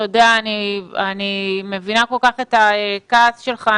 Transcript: אני מבינה כל כך את הכעס שלך.